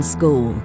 School